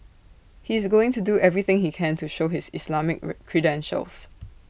he is going to do everything he can to show his Islamic credentials